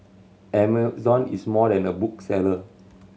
Amazon is more than a bookseller